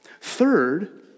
Third